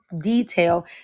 detail